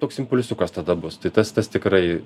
toks impulsiukas tada bus tai tas tas tikrai